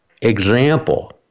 example